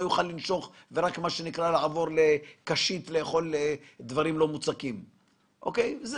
יוכל לנשוך ויעבור לאכול דברים לא מוצקים עם קשית.